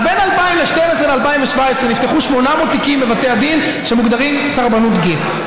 אז בין 2012 ל-2017 נפתחו 800 תיקים בבתי הדין שמוגדרים סרבנות גט,